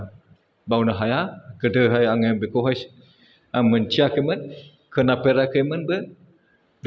बावनो हाया गोदोहाय आङो बेखौहाय आं मिथियाखैमोन खोनाफेराखैमोनबो बे बायदि